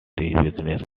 business